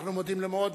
אנחנו מודים לו מאוד,